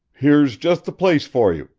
here's just the place for you,